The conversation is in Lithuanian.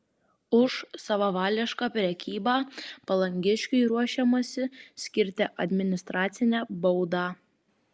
už savavališką prekybą palangiškiui ruošiamasi skirti administracinę baudą